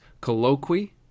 colloquy